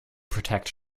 protect